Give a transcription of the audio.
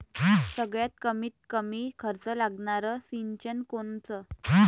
सगळ्यात कमीत कमी खर्च लागनारं सिंचन कोनचं?